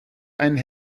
einen